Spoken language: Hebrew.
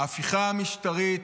ההפיכה המשטרית,